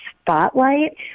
spotlight